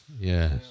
Yes